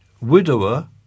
widower